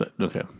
Okay